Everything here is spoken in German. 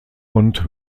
und